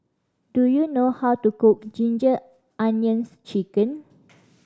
do you know how to cook Ginger Onions Chicken